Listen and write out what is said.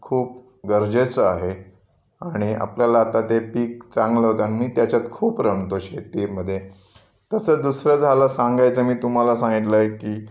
खूप गरजेचं आहे आणि आपल्याला आता ते पीक चांगलं होतं आणि मी त्याच्यात खूप रमतो शेतीमध्ये तसं दुसरं झालं सांगायचं मी तुम्हाला सांगितलं आहे की